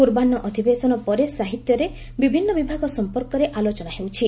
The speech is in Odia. ପୂର୍ବାହ୍ବ ଅଧିବେଶନ ପରେ ସାହିତ୍ୟରେ ବିଭିନ୍ତ ବିଭାଗ ସମ୍ପର୍କରେ ଆଲୋଚନା ହେଉଛି